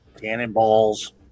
cannonballs